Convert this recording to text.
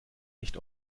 nicht